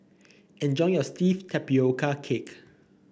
enjoy your steamed Tapioca Cake